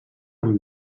amb